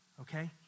okay